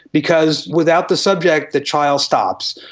because without the subject the trial stops.